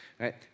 right